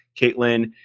Caitlin